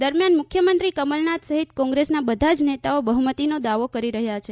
દરમિથાન મુખ્યમંત્રી કમલનાથ સહિત કોંગ્રેસના બધા જ નેતાઓ બહ્મતીનો દાવો કરી રહ્યા છે